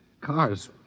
car's